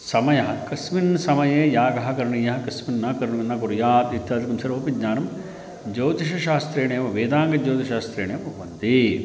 समयः कस्मिन् समये यागः करणीयः कस्मिन् न करणं न कुर्यात् इत्यादिकं सर्वमपि ज्ञानं ज्योतिषशास्त्रेण एव वेदाङ्गज्योतिषशास्त्रेण भवन्ति